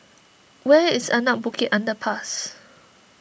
where is Anak Bukit Underpass